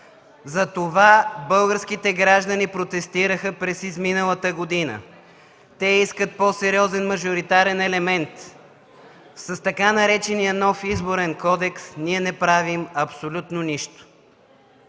Затова българските граждани протестираха през изминалата година. Те искат по-сериозен мажоритарен елемент. С така наречения нов Изборен кодекс ние не правим абсолютно нищо.